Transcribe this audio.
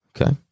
Okay